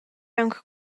aunc